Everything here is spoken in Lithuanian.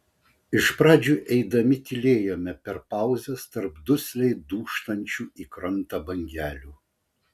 iš pradžių eidami tylėjome per pauzes tarp dusliai dūžtančių į krantą bangelių